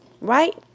Right